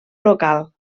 local